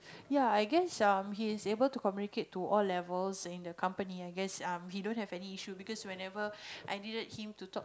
ya I guess um he is able to communicate to all levels in the company I guess um he don't have any issue because whenever I needed him to talk